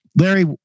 Larry